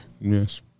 Yes